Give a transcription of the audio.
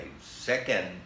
second